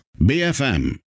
BFM